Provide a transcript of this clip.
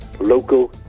Local